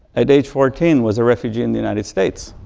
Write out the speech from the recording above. at age fourteen was a refugee in the united states.